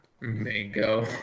Mango